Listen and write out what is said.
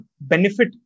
benefit